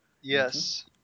Yes